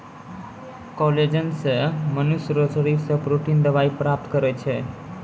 collagen से मनुष्य रो शरीर से प्रोटिन दवाई प्राप्त करै छै